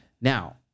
Now